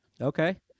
Okay